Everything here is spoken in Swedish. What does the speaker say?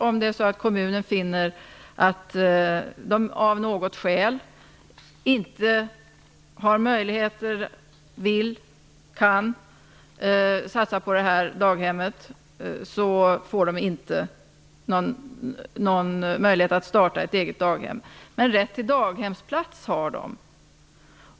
Om kommunen finner att den av något skäl inte har möjligheter, vill eller kan satsa på det daghemmet, får de inte någon möjlighet att starta ett eget daghem. Men rätt till daghemsplats har de.